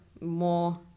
more